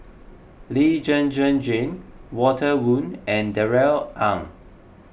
Lee Zhen Zhen Jane Walter Woon and Darrell Ang